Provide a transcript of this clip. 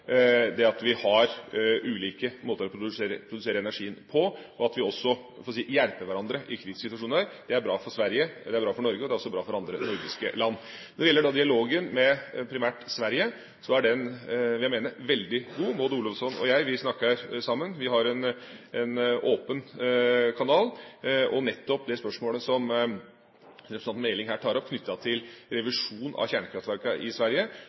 Det at vi har ulike måter å produsere energien på, og at vi også – jeg holdt på å si – hjelper hverandre i krisesituasjoner, er bra for Sverige, det er bra for Norge, og det er også bra for andre nordiske land. Når det gjelder dialogen med primært Sverige, mener jeg den er veldig god. Maud Olofsson og jeg snakker sammen. Vi har en åpen kanal, og nettopp det spørsmålet som representanten Meling her tar opp knyttet til revisjon av kjernekraftverkene i Sverige,